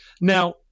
Now